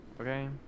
Okay